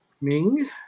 Ming